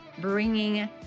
bringing